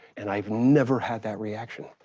and i've never had that reaction,